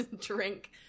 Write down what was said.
drink